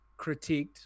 critiqued